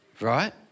right